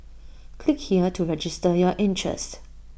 click here to register your interest